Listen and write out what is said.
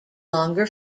longer